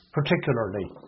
particularly